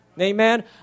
Amen